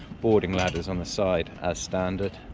boarding ladders on the side as standard,